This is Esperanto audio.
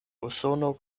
usono